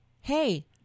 Hey